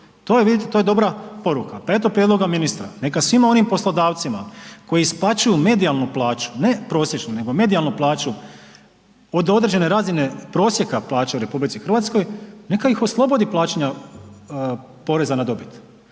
to je dobra poruka. Pa eto prijedlog ministru, neka svim onim poslodavcima koji isplaćuju medijalnu plaću, ne prosječnu nego medijalnu plaću do određene razine prosjeka plaće u RH neka ih oslobodi plaćanja poreza na dobit.